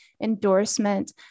endorsement